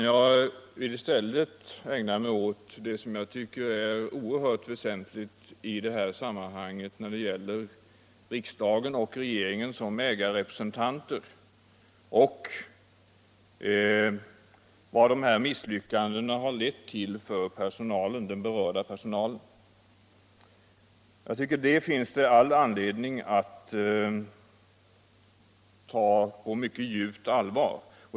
Jag vill i stället ägna mig åt riksdagens och regeringens ansvar som ägarrepresentanter och vad de aktuella misslyckandena har lett till för den berörda personalen. Jag tycker det finns anledning att ta detta på mycket djupt allvar.